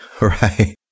Right